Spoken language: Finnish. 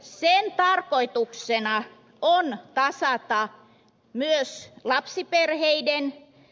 sen tarkoituksena on saattaa ne lasi erikseen